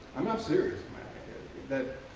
i'm not serious that